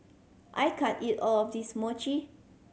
I can't eat all of this Mochi